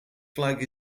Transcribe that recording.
flag